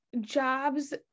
Jobs